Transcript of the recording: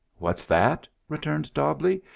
what's that? returned dobbleigh.